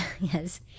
yes